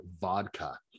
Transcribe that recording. vodka